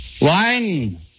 Wine